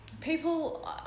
People